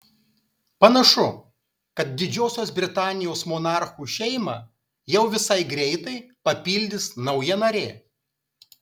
panašu kad didžiosios britanijos monarchų šeimą jau visai greitai papildys nauja narė